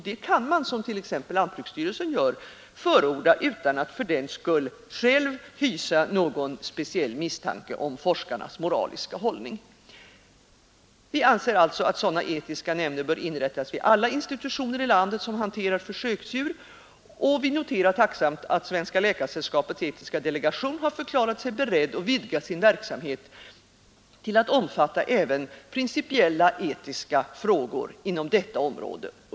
Detta kan man, som t.ex. lantbruksstyrelsen gör, förorda utan att fördenskull själv hysa någon speciell misstanke mot forskarnas moraliska hållning. Vi anser alltså att sådana etiska nämnder bör inrättas vid alla institutioner i landet, som hanterar försöksdjur, och vi noterar tacksamt att Svenska läkaresällskapets etiska delegation förklarat sig beredd att vidga sin verksamhet till att omfatta även principiella etiska frågor inom detta område.